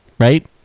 Right